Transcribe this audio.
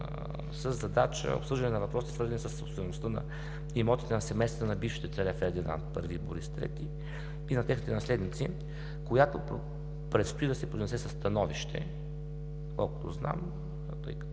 със задача – обсъждане на въпросите, свързани със собствеността на имотите на семействата на бившите царе Фердинанд I и Борис III и на техните наследници, която предстои да се произнесе със становище. Доколкото знам, тъй като